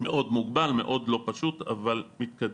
מאוד מוגבל, מאוד לא פשוט, אבל מתקדם.